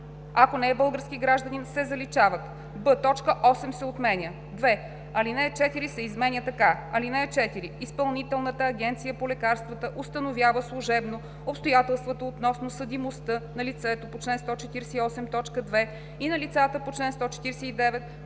ако не е български гражданин“ се заличават; б) точка 8 се отменя. 2. Алинея 4 се изменя така: „(4) Изпълнителната агенция по лекарствата установява служебно обстоятелствата относно съдимостта на лицето по чл. 148, т. 2 и на лицата по чл. 149,